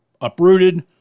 uprooted